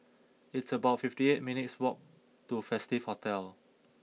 it's about fifty eight minutes' walk to Festive Hotel